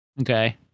Okay